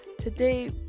Today